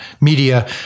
media